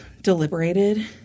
deliberated